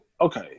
Okay